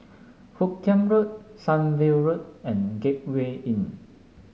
Hoot Kiam Road Sunview Road and Gateway Inn